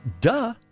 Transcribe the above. duh